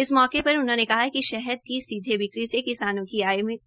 इस मौके पर उन्होंने कहा कि शहद की सीधे बिक्री से किसानों की आय में